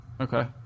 okay